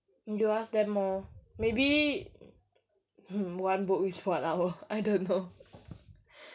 you ask them lor maybe one book is one hour I don't know